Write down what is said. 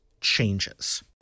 changes